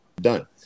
done